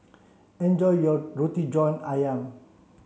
enjoy your Roti John Ayam